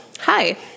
hi